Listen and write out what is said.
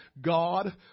God